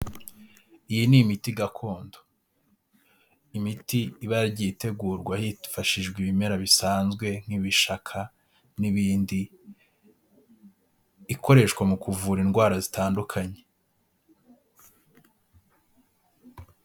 Iyi ni imiti gakondo; imiti iba yaragiye itegurwa hifashijwe ibimera bisanzwe nk'ibishaka n'ibindi, ikoreshwa mu kuvura indwara zitandukanye.